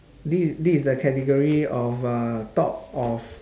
this this is the category of uh thought of